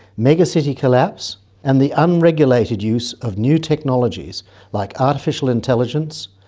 megacity collapse and the unregulated use of new technologies like artificial intelligence,